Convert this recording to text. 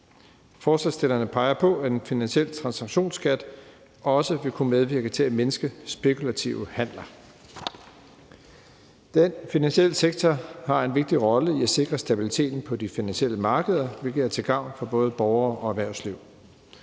Forslagsstillerne peger på, at en finansiel transaktionsskat også vil kunne medvirke til at mindske antallet af spekulative handler. Den finansielle sektor har en vigtig rolle i at sikre stabiliteten på de finansielle markeder, hvilket er til gavn for både borgere og erhvervsliv.